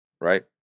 right